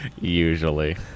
Usually